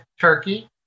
Turkey